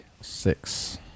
Six